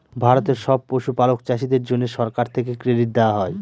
ভারতের সব পশুপালক চাষীদের জন্যে সরকার থেকে ক্রেডিট দেওয়া হয়